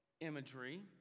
imagery